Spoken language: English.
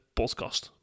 podcast